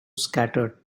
scattered